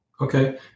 Okay